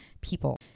people